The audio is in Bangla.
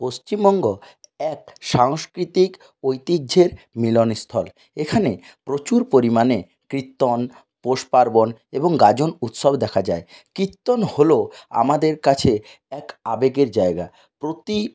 পশ্চিমবঙ্গ এক সাংস্কৃতিক ঐতিহ্যের মিলনস্থল এখানে প্রচুর পরিমাণে কীর্তন পৌষ পার্বণ এবং গাজন উৎসব দেখা যায় কীর্তন হল আমাদের কাছে এক আবেগের জায়গা প্রতি